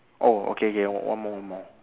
oh okay K one more one more